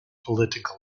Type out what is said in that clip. political